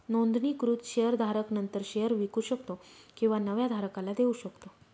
नोंदणीकृत शेअर धारक नंतर शेअर विकू शकतो किंवा नव्या धारकाला देऊ शकतो